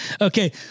Okay